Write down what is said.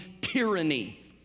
tyranny